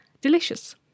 Delicious